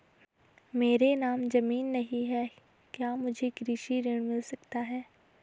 मेरे नाम ज़मीन नहीं है क्या मुझे कृषि ऋण मिल सकता है?